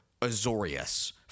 Azorius